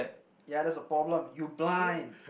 yeah that's the problem you blind